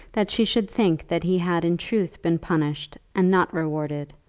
that she should think that he had in truth been punished and not rewarded,